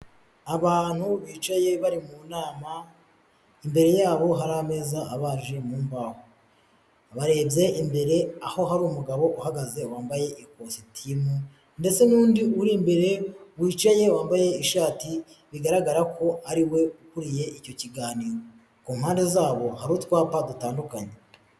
Abantu bicaye bari mu nama, imbere yabo hari ameza abaje mu mbaho, barebye imbere aho hari umugabo uhagaze wambaye ikositimu, ndetse n'undi uri imbere wicaye wambaye ishati bigaragara ko ari we ukuriye icyo kiganiro ku mpande zabo hari utwapa dutandukanye.